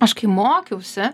aš kai mokiausi